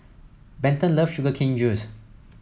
Benton love Sugar Cane Juice